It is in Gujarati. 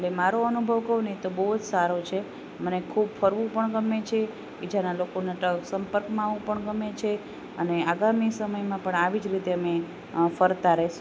એટલે મારો અનુભવ કહુંને તો બહુ જ સારો છે મને ખૂબ ફરવું પણ ગમે છે બીજાના લોકોના સંપર્કમાં આવું પણ ગમે છે અને આગામી સમયમાં પણ આવી જ રીતે અમે ફરતા રહીશું